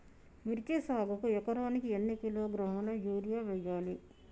మిర్చి సాగుకు ఎకరానికి ఎన్ని కిలోగ్రాముల యూరియా వేయాలి?